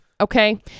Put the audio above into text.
Okay